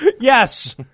Yes